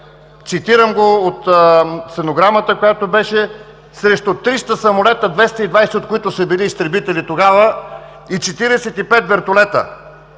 Цитирам го от стенограмата, която беше, срещу 300 самолета – 220, от които са били изтребители тогава, и 45 вертолета.